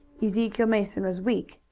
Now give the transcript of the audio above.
ezekiel mason was weak,